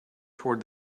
toward